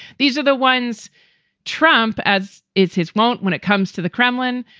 these are the ones trump, as is his wont when it comes to the kremlin,